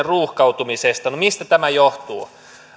ruuhkautumisesta no mistä tämä johtuu